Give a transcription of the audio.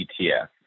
ETF